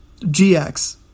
GX